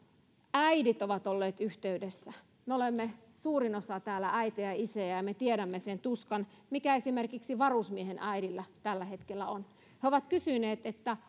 äidit ovat olleet yhteydessä meistä suurin osa täällä on äitejä ja isejä ja me tiedämme sen tuskan mikä esimerkiksi varusmiehen äidillä tällä hetkellä on he ovat kysyneet että